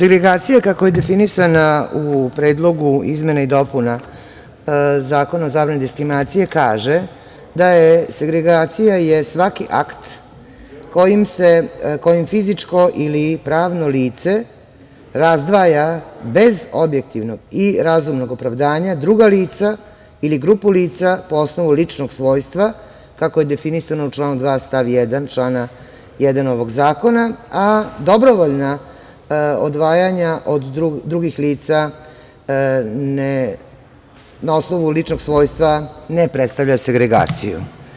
Segregacija kako je definisana u Predlogu izmena i dopuna Zakona o zabrani diskriminacije, kaže da je segregacija svaki akt kojim fizičko ili pravno lice razdvaja bez objektivno i razumnog opravdanja druga lica ili grupu lica po osnovu ličnog svojstva kako je definisano u članu 2. stav 1. člana 1. ovog zakona, a dobrovoljna odvajanja od drugih lica na osnovu ličnog svojstva ne predstavlja segregaciju.